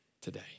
today